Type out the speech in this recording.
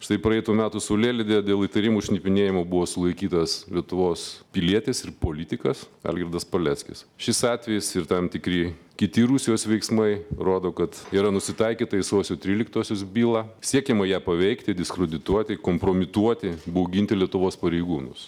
štai praeitų metų saulėlydyje dėl įtarimų šnipinėjimu buvo sulaikytas lietuvos pilietis ir politikas algirdas paleckis šis atvejis ir tam tikri kiti rusijos veiksmai rodo kad yra nusitaikyta į sausio tryliktosios bylą siekiama ją paveikti diskredituoti kompromituoti bauginti lietuvos pareigūnus